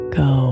go